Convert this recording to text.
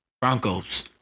Broncos